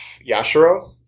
Yashiro